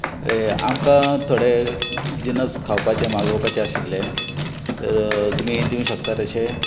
आमकां थोडे जिनस खावपाचे मागोवपाचे आशिल्ले तर तुमी दिवूंक शकता तशें